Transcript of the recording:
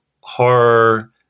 horror